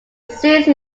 ceased